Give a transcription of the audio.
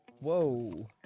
Whoa